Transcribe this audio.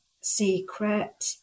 secret